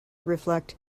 reflect